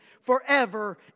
forever